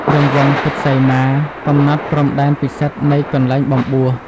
រង្វង់ពុទ្ធសីមា កំណត់ព្រំដែនពិសិដ្ឋនៃកន្លែងបំបួស។